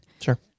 Sure